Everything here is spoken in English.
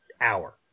hour